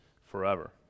forever